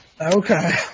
Okay